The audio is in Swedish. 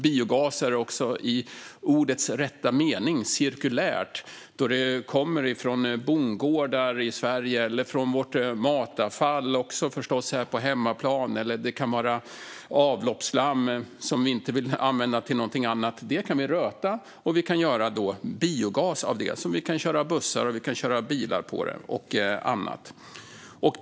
Biogas är också i ordets rätta mening cirkulärt, då det kommer från bondgårdar i Sverige eller från vårt matavfall på hemmaplan. Det kan också vara avloppsslam som vi inte vill använda till något annat. Det kan vi röta och göra biogas av så att vi kan köra bussar, bilar och annat på det.